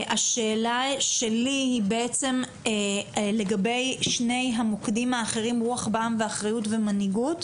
השאלה שלי היא בעצם לגבי שני המוקדים האחרים: רוח בעם ואחריות ומנהיגות.